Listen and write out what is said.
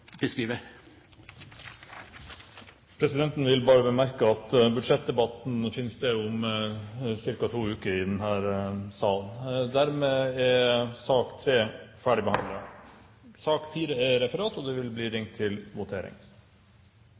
Presidenten vil bare bemerke at budsjettdebatten finner sted om ca. to uker i denne salen. Dermed er sak nr. 3 ferdigbehandlet. Vi går da til votering. Under debatten er det